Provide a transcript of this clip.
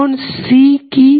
এখন C কি